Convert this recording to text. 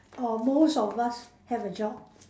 or most of us have a job